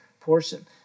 portion